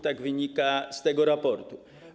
Tak wynika z tego raportu.